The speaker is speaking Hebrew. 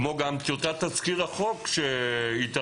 כמו גם טיוטת תזכיר החוק שהתארגנה,